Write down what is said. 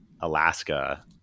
Alaska